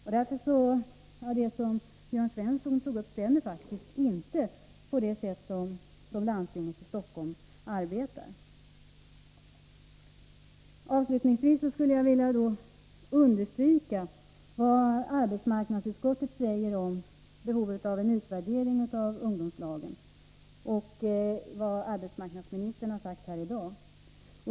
Det Jörn Svensson tog upp stämmer faktiskt inte alls med det sätt på vilket landstinget i Stockholms län arbetar. Avslutningsvis skulle jag vilja understryka vad arbetsmarknadsutskottet säger — och vad arbetsmarknadsministern sagt här i dag — om behovet av en utvärdering av ungdomslagen.